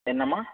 என்னம்மா